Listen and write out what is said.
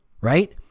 right